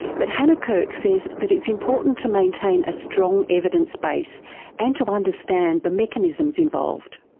but hannah kirk says that it's important to maintain a strong evidence base and to understand the mechanisms involved.